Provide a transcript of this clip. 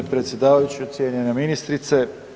g. Predsjedavajući i cijenjena ministrice.